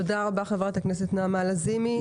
תודה רבה חברת הכנסת נעמה לזימי.